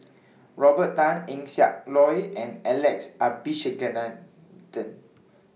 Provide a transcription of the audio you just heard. Robert Tan Eng Siak Loy and Alex Abisheganaden